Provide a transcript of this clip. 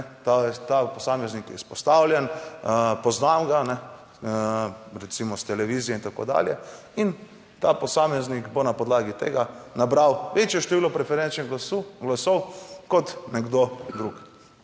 ta posameznik izpostavljen, poznam ga, recimo s televizije in tako dalje in ta posameznik bo na podlagi tega nabral večje število preferenčnih glasov, glasov kot nekdo drug.